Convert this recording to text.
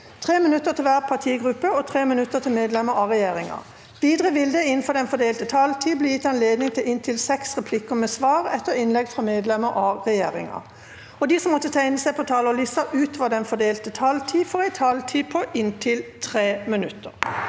3 minutter til hver partigruppe og 3 minutter til medlemmer av regjeringa. Videre vil det – innenfor den fordelte taletid – bli gitt anledning til inntil seks replikker med svar etter innlegg fra medlemmer av regjeringa, og de som måtte tegne seg på talerlista utover den fordelte taletid, får også en taletid på inntil 3 minutter.